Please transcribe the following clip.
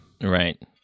Right